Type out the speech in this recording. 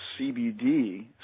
CBD